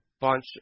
bunch